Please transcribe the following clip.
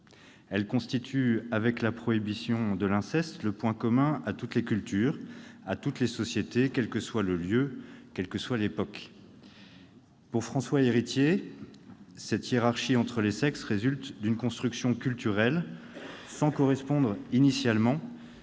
Elle constitue, avec la prohibition de l'inceste, le point commun à toutes les cultures, à toutes les sociétés, quel que soit le lieu, quelle que soit l'époque. Pour Françoise Héritier, cette hiérarchie entre les sexes résulte d'une construction culturelle et ne correspondait pas initialement